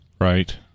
Right